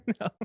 No